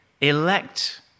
Elect